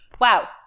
Wow